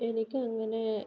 എനിക്ക് അങ്ങനെ